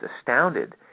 astounded